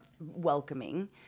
welcoming